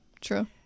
true